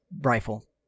rifle